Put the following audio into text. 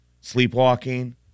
sleepwalking